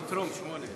התשע"ו